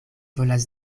volas